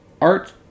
art